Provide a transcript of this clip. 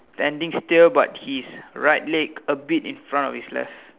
standing still but his right leg a bit in front of his left